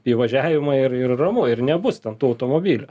įvažiavimą ir ir ramu ir nebus ten tų automobilių